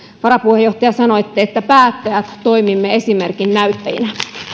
varapuheenjohtaja sanoitte että me päättäjät toimimme esimerkin näyttäjinä